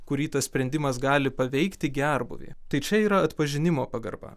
kurį tas sprendimas gali paveikti gerbūvį tai čia yra atpažinimo pagarba